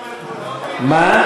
אין לי בעיה